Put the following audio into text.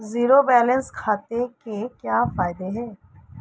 Zero balance खाते के क्या फायदे हैं?